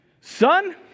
Son